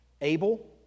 Abel